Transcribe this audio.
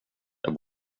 jag